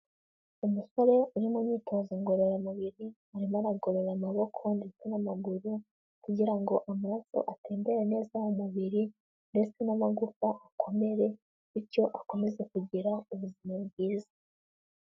Umusore uri mu myitozo ngororamubiri, arimo aragorora amaboko ndetse n'amaguru kugira ngo amaraso atembera neza mu mubiri ndetse n'amagufa akomere, bityo akomeze kugira ubuzima bwiza.